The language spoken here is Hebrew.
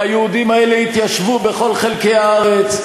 והיהודים האלה יתיישבו בכל חלקי הארץ,